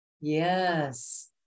yes